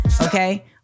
okay